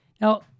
Now